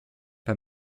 bei